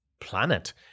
planet